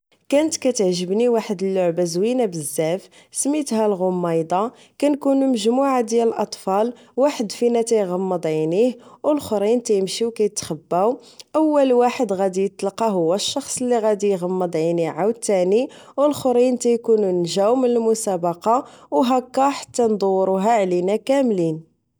كانت كتعجبني وحدة اللعبة زوينة بزاف سميتها الغميضة تنكونو مجموعة ديال الأطفال واحد فينا تيغمض عينيه أولخرين تيمشيو كيتخباو أول واحد غادي إتلقا هو الشخص ليغادي إغمض عينيه عوتاني أولخرين تيكونو نجاو من المسابقة أو هكا حتى ندوروها علينا كملين